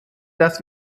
dass